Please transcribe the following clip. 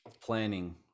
planning